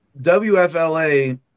WFLA